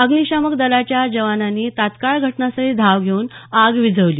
अग्निशामक दलाच्या जवानांनी तत्काळ घटनास्थळी धाव घेऊन आग विझवली